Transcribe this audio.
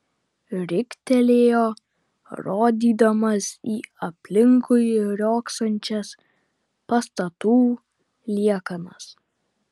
riktelėjo rodydamas į aplinkui riogsančias pastatų liekanas